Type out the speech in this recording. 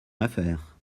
affaire